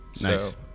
Nice